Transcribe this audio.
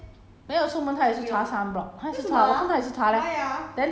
uh 她跟我这样讲 uh 出门一定要擦 sunblock